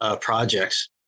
projects